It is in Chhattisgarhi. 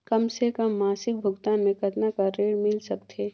कम से कम मासिक भुगतान मे कतना कर ऋण मिल सकथे?